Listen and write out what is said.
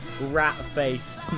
rat-faced